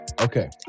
Okay